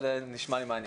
אבל נשמע לי מעניין.